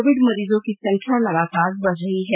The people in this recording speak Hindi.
कोविड मरीजों की संख्या लगातार बढ़ रही है